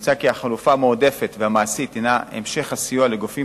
נמצא כי החלופה המועדפת והמעשית הינה המשך הסיוע לגופים